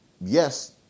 yes